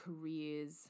careers